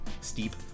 steep